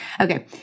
Okay